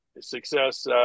success